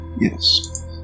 Yes